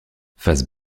face